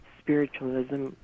spiritualism